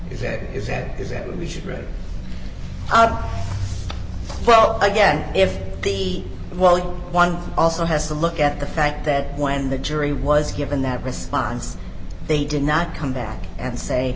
is that is that is that we should read out well again if the well one also has to look at the fact that when the jury was given that response they did not come back and say